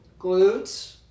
glutes